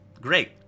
Great